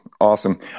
Awesome